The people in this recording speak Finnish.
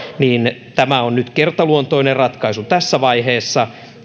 tämä on nyt kertaluontoinen ratkaisu tässä vaiheessa